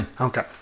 Okay